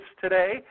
today